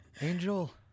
angel